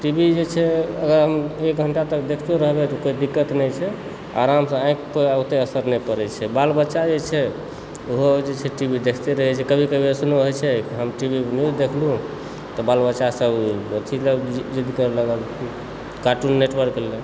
T V जे छै अगर हम एक घण्टा तक देखितो रहबै तऽ कोई दिक्क्त नहि छै आरामसँ आँखि पर ओतए असर नहि पड़ैत छै बाल बच्चा जे छै ओहो जे छै टी वी देख्रते रहय छै कभी कभी एसनो होइत छै हम टी वी नहि देखलहुँ तऽ बाल बच्चासभ अथी जिद करय लागल कार्टून नेटवर्क लऽ